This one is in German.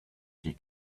die